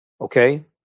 Okay